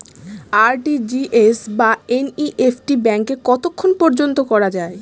RTGS বা NEFT ব্যাংকে কতক্ষণ পর্যন্ত করা যায়?